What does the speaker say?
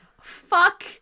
Fuck